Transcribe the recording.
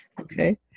okay